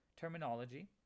terminology